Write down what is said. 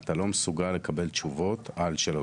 אתה לא מסוגל לקבל תשובות על שאלות.